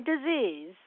disease